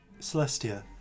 Celestia